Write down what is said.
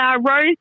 rose